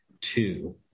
two